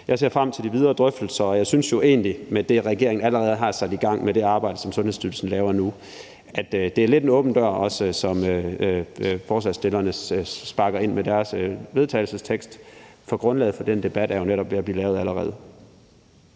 Jeg ser frem til de videre drøftelser, og jeg synes egentlig, at med det arbejde, regeringen allerede har sat i gang, med det arbejde, Sundhedsstyrelsen laver nu, at forslagsstillerne også lidt sparker en åben dør ind med deres vedtagelsestekst, for grundlaget for den debat er jo netop allerede